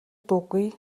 дуугүй